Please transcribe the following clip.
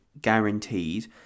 guaranteed